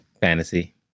Fantasy